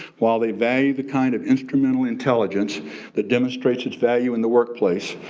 while they value the kind of instrumental intelligence that demonstrates its value in the workplace,